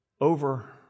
over